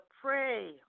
pray